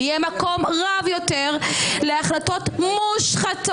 יהיה מקום רב יותר להחלטות מושחתות,